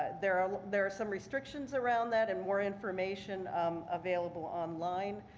there are there are some restrictions around that and more information um available online,